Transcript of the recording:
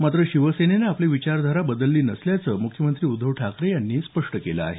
मात्र शिवसेनेनं आपली विचारधारा बदलली नसल्याचं मुख्यमंत्री उद्धव ठाकरे यांनी स्पष्ट केलं आहे